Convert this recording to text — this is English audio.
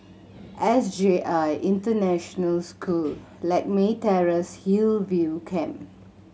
S J I International School Lakme Terrace Hillview Camp